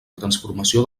transformació